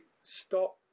stop